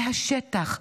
מהשטח,